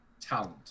talent